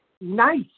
nice